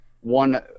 one